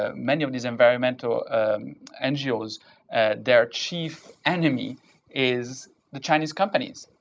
ah many of these environmental ngos their chief enemy is the chinese companies.